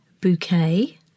Bouquet